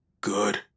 Good